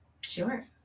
Sure